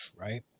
right